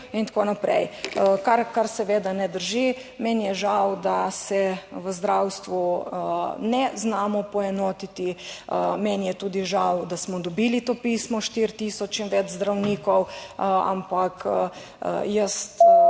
in tako naprej, kar seveda ne drži. Meni je žal, da se v zdravstvu ne znamo poenotiti, meni je tudi žal, da smo dobili to pismo 4 tisoč in več zdravnikov, ampak jaz